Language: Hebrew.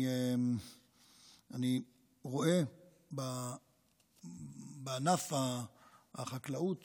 אני רואה בענף החקלאות